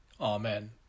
Amen